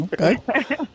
okay